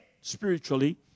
spiritually